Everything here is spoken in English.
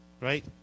Right